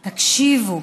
תקשיבו.